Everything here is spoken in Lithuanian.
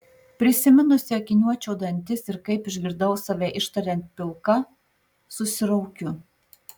prisiminusi akiniuočio dantis ir kaip išgirdau save ištariant pilka susiraukiu